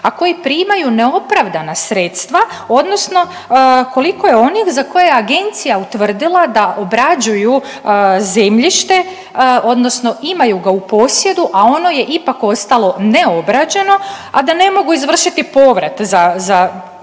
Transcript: a koji primaju neopravdana sredstva odnosno koliko je onih za koje je agencija utvrdila da obrađuju zemljište odnosno imaju ga u posjedu, a ono je ipak ostalo neobrađeno, a da ne mogu izvršiti povrat za,